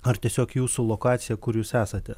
ar tiesiog jūsų lokacija kur jūs esate